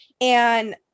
and-